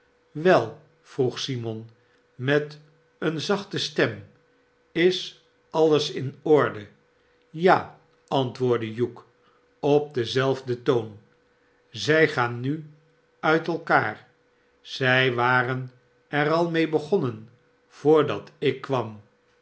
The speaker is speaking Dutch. awel vroeg simon met eene zachte stem is alles in orde ja antwoordde hugh op denzelfden toon szijgaannuuit elkaar zij waren er al mee begonnen voordat ik kwam